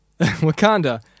Wakanda